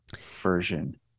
version